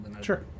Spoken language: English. Sure